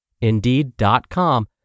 Indeed.com